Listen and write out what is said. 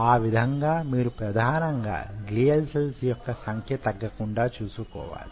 ఆ విధంగా మీరు ప్రధానంగా గ్లియల్ సెల్స్ యొక్క సంఖ్య తగ్గకుండా చూసుకోవాలి